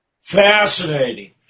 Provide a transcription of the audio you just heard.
Fascinating